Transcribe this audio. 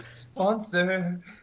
Sponsor